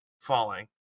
falling